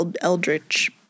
Eldritch